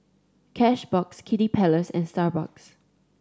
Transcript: Cashbox Kiddy Palace and Starbucks